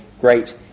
great